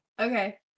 okay